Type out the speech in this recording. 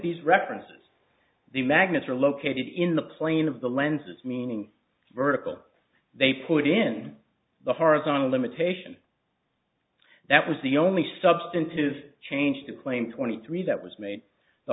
these references the magnets are located in the plane of the lenses meaning vertical they put in the horizontal limitation that was the only substantive change to claim twenty three that was made the